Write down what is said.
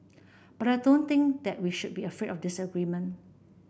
but I don't think that we should be afraid of disagreement